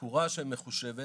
התקורה שמחושבת